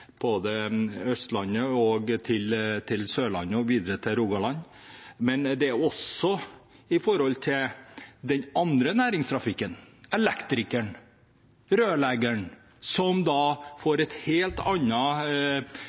Østlandet og til Sørlandet og videre til Rogaland, men det er også med tanke på den andre næringstrafikken, elektrikeren og rørleggeren som da får et helt